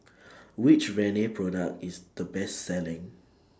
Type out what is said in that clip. Which Rene Product IS The Best Selling